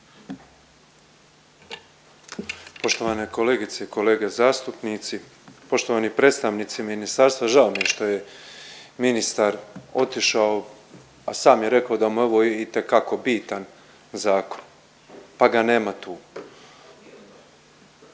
Poštovane kolegice i kolege zastupnici, poštovani predstavnici ministarstva. Žao mi je što je ministar otišao, a sam je rekao da mu je ovo itekako bitan zakon pa ga nema tu.